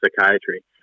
psychiatry